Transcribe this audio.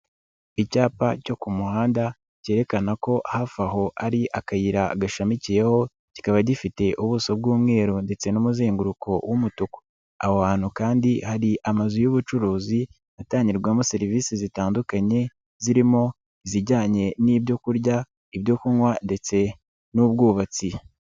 Icyapa cyo ku muhanda cyerekana ko hafi aho ari akayira gashamikiyeho kikaba gifite ubuso bw'umweru ndetse n'umuzenguruko w'umutuku aho hantu kandi hari amazu y'ubucuruzi atangirwamo serivisi zitandukanye zirimo izijyanye n'ibyo kurya, ibyo kunywa ndetse n'ubwubatsi.